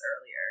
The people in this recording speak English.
earlier